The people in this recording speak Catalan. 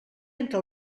entre